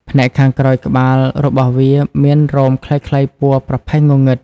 ផ្នែកខាងក្រោយក្បាលរបស់វាមានរោមខ្លីៗពណ៌ប្រផេះងងឹត។